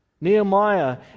Nehemiah